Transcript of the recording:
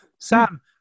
Sam